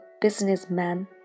businessman